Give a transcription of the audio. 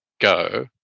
go